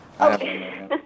okay